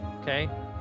Okay